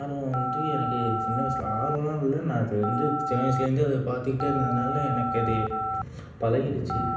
ஆர்வம் வந்து எனக்கு சின்ன வயசில் ஆர்வமெலாம் இல்லை நான் அது வந்து சின்ன வயசுலேருந்தே அதை பார்த்துக்கிட்டே இருந்ததினால எனக்கு அது பழகிடுச்சி